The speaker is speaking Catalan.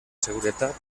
seguretat